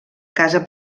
casa